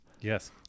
Yes